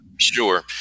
Sure